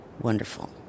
wonderful